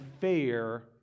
fair